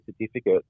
certificate